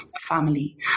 family